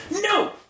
No